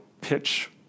pitch